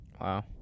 wow